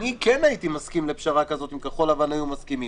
אני כן הייתי מסכים לפשרה כזאת אם כחול לבן היו מסכימים.